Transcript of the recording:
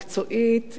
מקצועית,